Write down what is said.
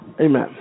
Amen